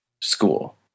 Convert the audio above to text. school